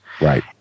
Right